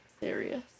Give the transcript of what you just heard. serious